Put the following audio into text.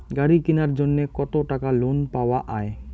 গাড়ি কিনার জন্যে কতো টাকা লোন পাওয়া য়ায়?